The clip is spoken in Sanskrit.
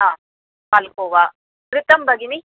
हा पाल्कोवा घृतं भगिनि